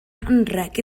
anrheg